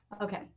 Okay